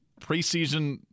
preseason –